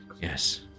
Yes